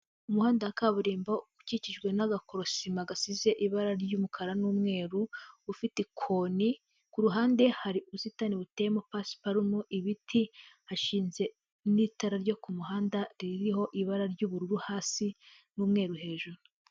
Umuhanda wa kaburimbo ukikijwe n'agakorosima gasize ibara ry'umukara n'umweru, ufite ikoni, ku ruhande hari ubusitani buteyemo pasiparumu, ibiti, hashinze n'itara ryo ku muhanda, ririho ibara ry'ubururu hasi n'umweru hejuru.